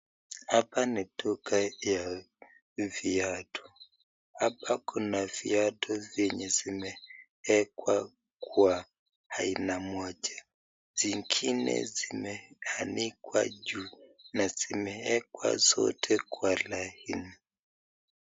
Hapa ni duka ya viatu. Hapa kuna viatu zenye vimewekwa kwa aina moja, zingine zimeanikwa juu na zimewekwa zote kwa laini.